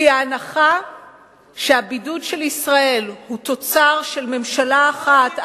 כי ההנחה שהבידוד של ישראל הוא תוצר של ממשלה אחת,